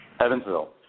Evansville